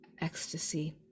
ecstasy